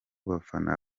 bafana